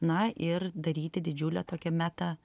na ir daryti didžiulę tokią meta